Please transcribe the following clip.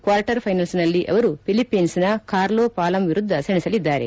quarter ಫೈನಲ್ಸ್ನಲ್ಲಿ ಅವರು ಫಿಲಿಪೀನ್ಸ್ನ ಕಾರ್ಲೊ ಪಾಲಂ ವಿರುದ್ಧ ಸೆಣಸಲಿದ್ದಾರೆ